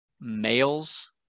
males